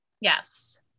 yes